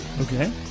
Okay